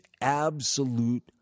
absolute